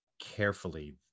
carefully